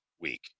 week